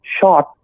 shot